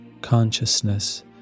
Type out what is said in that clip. Consciousness